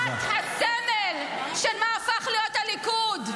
את הסמל של מה הפך להיות הליכוד.